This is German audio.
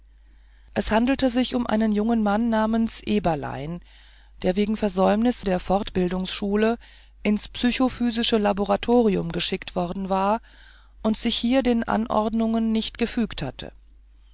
es handelte sich um einen jungen mann namens erbelein der wegen versäumnis der fortbildungsschule ins psychophysische laboratorium geschickt worden war und sich hier den anordnungen nicht gefügt hatte